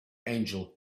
angel